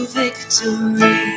victory